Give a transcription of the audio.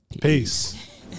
peace